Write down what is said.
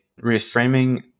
reframing